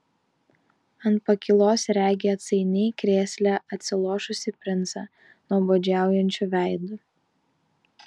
ant pakylos regi atsainiai krėsle atsilošusį princą nuobodžiaujančiu veidu